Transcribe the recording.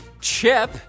chip